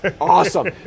awesome